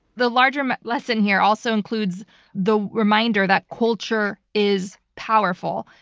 the larger but lesson here also includes the reminder that culture is powerful.